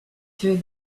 through